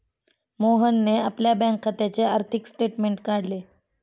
मोहनने आपल्या बँक खात्याचे आर्थिक स्टेटमेंट काढले